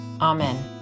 Amen